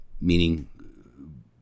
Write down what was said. meaning